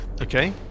Okay